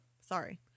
sorry